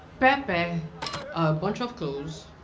pepe, a bunch of clothes,